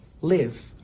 live